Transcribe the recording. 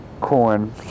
corn